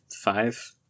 five